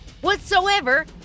Whatsoever